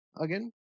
Again